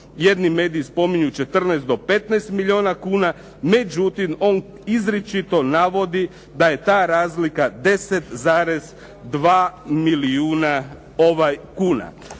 Jedni mediji spominju 14 do 15 milijuna kuna, međutim on izričito navodi da je ta razlika 10,2 milijuna kuna.